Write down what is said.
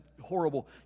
horrible